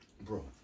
Bro